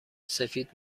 سفید